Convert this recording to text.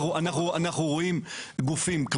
אנחנו רואים גופים,